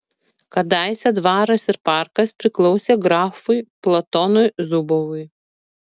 kadaise dvaras ir parkas priklausė grafui platonui zubovui